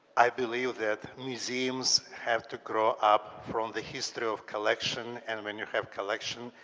i believe that museums have to grow up from the history of collection. and when you have collection,